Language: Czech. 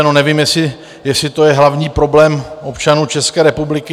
No nevím, jestli to je hlavní problém občanů České republiky.